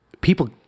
people